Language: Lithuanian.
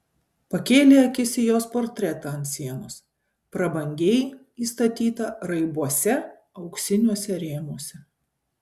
pakėlė akis į jos portretą ant sienos prabangiai įstatytą raibuose auksiniuose rėmuose